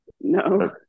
no